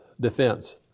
defense